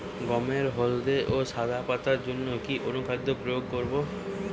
গমের হলদে ও সাদা পাতার জন্য কি অনুখাদ্য প্রয়োগ করব?